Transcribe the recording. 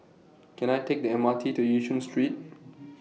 Can I Take The M R T to Yishun Street